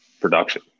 production